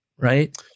right